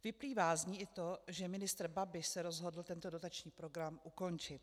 Vyplývá z ní i to, že ministr Babiš se rozhodl tento dotační program ukončit.